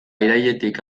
irailetik